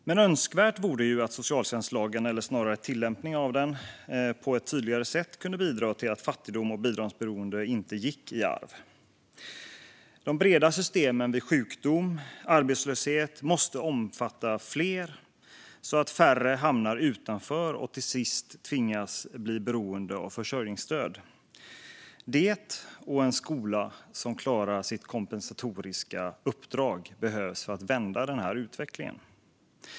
Men önskvärt vore ju att socialtjänstlagen, eller snarare tillämpningen av den, på ett tydligare sätt kunde bidra till att fattigdom och bidragsberoende inte gick i arv. De breda systemen vid sjukdom och arbetslöshet måste omfatta fler så att färre hamnar utanför och till sist tvingas bli beroende av försörjningsstöd. Detta och en skola som klarar sitt kompensatoriska uppdrag behövs för att vända den här utvecklingen.